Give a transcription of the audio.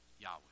Yahweh